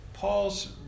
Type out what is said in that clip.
Paul's